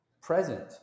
present